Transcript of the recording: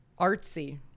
artsy